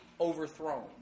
overthrown